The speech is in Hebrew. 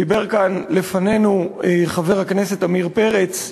דיבר כאן לפנינו חבר הכנסת עמיר פרץ,